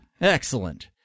Excellent